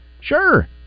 Sure